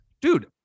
dude